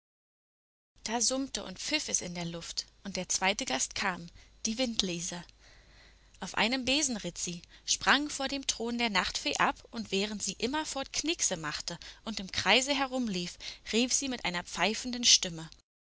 da summte und pfiff es in der luft und der zweite gast kam die windliese auf einem besen ritt sie sprang vor dem thron der nachtfee ab und während sie immerfort knickse machte und im kreise herumlief rief sie mit einer pfeifenden stimme